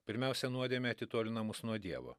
pirmiausia nuodėmė atitolina mus nuo dievo